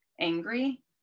angry